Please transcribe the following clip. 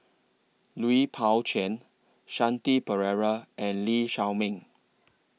Lui Pao Chuen Shanti Pereira and Lee Shao Meng